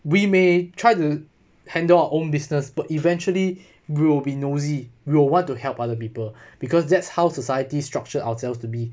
we may try to handle our own business but eventually we will be nosy we will want to help other people because that's how society structure ourselves to be